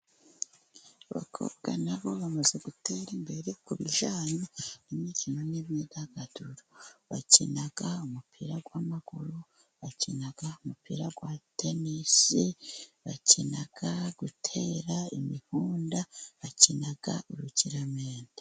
Abakobwa na bo bamaze gutera imbere ku bijyanye n'imikino n'imyidagaduro. Bakina umupira w'amaguru, bakina umupira wa tenisi, bakina gutera imivunda, bakina urukiramende.